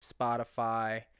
Spotify